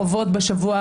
לסדר.